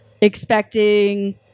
expecting